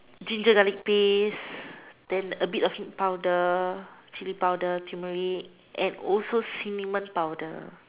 ginger garlic paste then a bit of powder chilli powder turmeric and also cinnamon powder